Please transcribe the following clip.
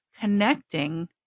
connecting